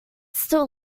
still